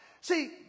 See